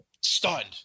stunned